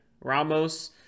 Ramos